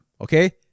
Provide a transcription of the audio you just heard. Okay